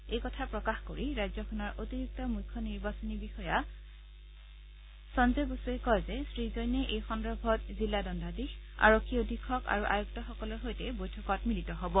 এই কথা প্ৰকাশ কৰি ৰাজ্যখনৰ অতিৰিক্ত মুখ্য নিৰ্বাচনী বিষয়া সঞ্জয় বসুৱে কয় যে শ্ৰীজৈনে এই সন্দৰ্ভত জিলা দণ্ডাধীশ আৰক্ষী অধীক্ষক আৰু আয়ুক্তসকলৰ সৈতে বৈঠকত মিলিত হ'ব